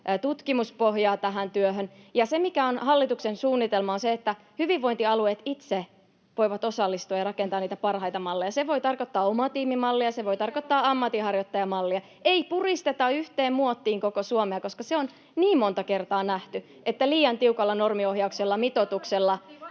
tutkimuspohjaa tähän työhön. Ja se, mikä on hallituksen suunnitelma, on se, että hyvinvointialueet itse voivat osallistua ja rakentaa niitä parhaita malleja. Se voi tarkoittaa omatiimimallia, se voi tarkoittaa ammatinharjoittajamallia. Ei puristeta yhteen muottiin koko Suomea, koska se on niin monta kertaa nähty, että liian tiukalla normiohjauksella ja mitoituksella